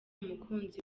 umukunzi